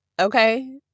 okay